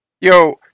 Yo